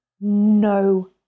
no